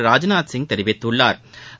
ராஜ்நாத் சிங் தெரிவித்துள்ளாா்